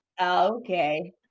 okay